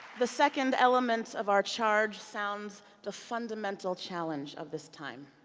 the second element of our charge sounds the fundamental challenge of this time,